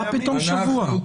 מה פתאום שבוע?